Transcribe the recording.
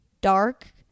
dark